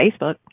Facebook